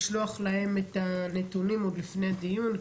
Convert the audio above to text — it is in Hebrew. לשלוח להם את הנתונים עוד לפני דיון,